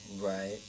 Right